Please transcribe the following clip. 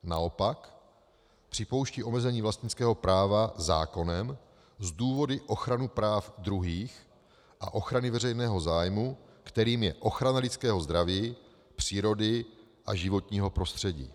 Naopak připouští omezení vlastnického práva zákonem z důvodu ochrany práv druhých a ochrany veřejného zájmu, kterým je ochrana lidského zdraví, přírody a životního prostředí.